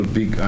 big